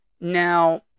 Now